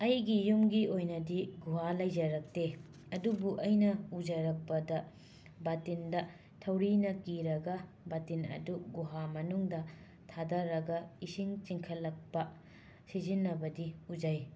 ꯑꯩꯒꯤ ꯌꯨꯝꯒꯤ ꯑꯣꯏꯅꯗꯤ ꯒꯨꯍꯥ ꯂꯩꯖꯔꯛꯇꯦ ꯑꯗꯨꯕꯨ ꯑꯩꯅ ꯎꯖꯔꯛꯄꯗ ꯕꯇꯤꯟꯗ ꯊꯧꯔꯤꯅ ꯀꯤꯔꯒ ꯕꯇꯤꯟ ꯑꯗꯨ ꯒꯨꯍꯥ ꯃꯅꯨꯡꯗ ꯊꯗꯔꯒ ꯏꯁꯤꯡ ꯆꯤꯡꯈꯠꯂꯛꯄ ꯁꯤꯖꯤꯟꯅꯕꯗꯤ ꯎꯖꯩ